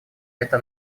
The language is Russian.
это